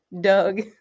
Doug